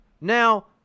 Now